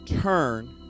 turn